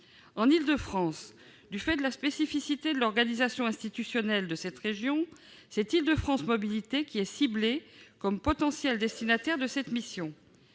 En Île-de-France, du fait de la spécificité de l'organisation institutionnelle de cette région, c'est Île-de-France Mobilités qui est ciblé comme potentiel destinataire de cette mission.